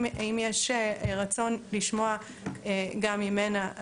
אם יש רצון לשמוע גם ממנה,